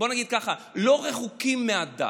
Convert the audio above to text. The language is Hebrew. בואו נגיד ככה, שלא רחוקים מהדת